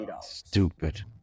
Stupid